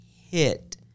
hit